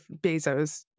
Bezos